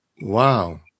Wow